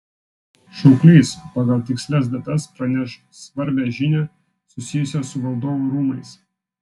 šauklys pagal tikslias datas praneš svarbią žinią susijusią su valdovų rūmais